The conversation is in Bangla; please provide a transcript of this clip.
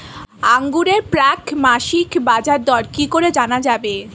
আঙ্গুরের প্রাক মাসিক বাজারদর কি করে জানা যাবে?